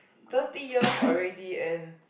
thirty years already and